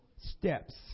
steps